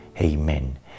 Amen